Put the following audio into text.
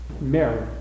Mary